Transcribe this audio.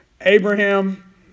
Abraham